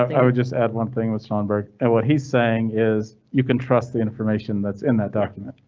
i would just add one thing with sundberg. and what he's saying is you can trust the information that's in that document,